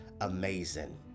amazing